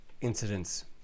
incidents